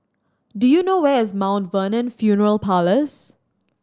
do you know where is Mount Vernon Funeral Parlours